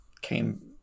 came